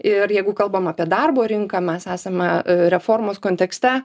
ir jeigu kalbam apie darbo rinką mes esame reformos kontekste